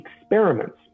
experiments